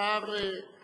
לומר את